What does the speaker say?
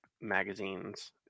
magazines